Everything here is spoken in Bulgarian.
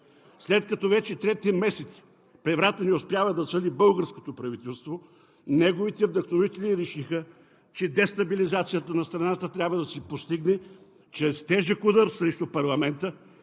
След като вече трети месец превратът не успява да свали българското правителство, неговите вдъхновители решиха, че дестабилизацията на страната трябва да се постигне чрез тежък удар срещу парламента,